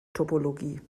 topologie